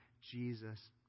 Jesus